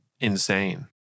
insane